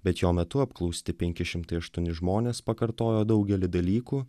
bet jo metu apklausti penki šimtai aštuoni žmonės pakartojo daugelį dalykų